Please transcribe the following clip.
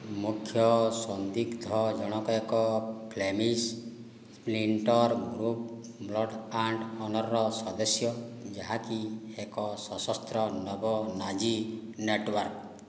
ମୁଖ୍ୟ ସନ୍ଦିଗ୍ଧ ଜଣକ ଏକ Flemish splinter group Blood and ଅନର୍ର ସଦସ୍ୟ ଯାହାକି ଏକ ସଶସ୍ତ୍ର ନବନାଜି ନେଟୱାର୍କ